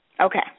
Okay